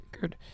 good